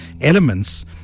elements